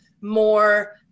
more